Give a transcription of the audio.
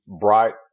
bright